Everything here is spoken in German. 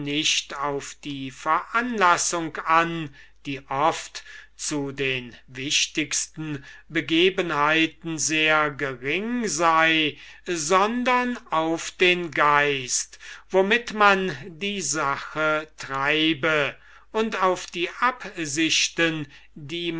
nicht auf die veranlassung an die oft zu den wichtigsten begebenheiten sehr gering sei sondern auf den geist womit man die sache treibe und auf die absichten die